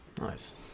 Nice